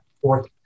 fourth